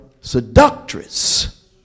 seductress